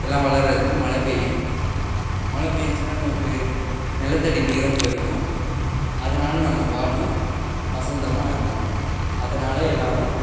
எல்லாம் வளர்றதுக்கு மழை பெய்யும் மழை பேய்ஞ்சிச்சுனா நமக்கு நிலத்தடி நீரும் பெருகும் அதனால நம்ம வாழ்வும் வசந்தமாக இருக்கும் அதனால எல்லாரும்